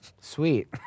Sweet